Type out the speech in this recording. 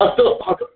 अस्तु अस्तु